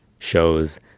shows